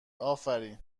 افرین